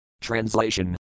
Translation